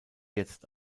jetzt